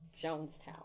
Jonestown